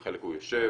חלק הוא יושב,